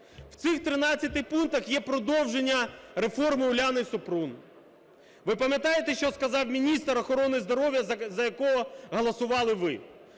В цих 13 пунктах є продовження реформи Уляни Супрун. Ви пам'ятаєте, що сказав міністр охорони здоров'я, за якого голосували ви?